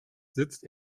sitzt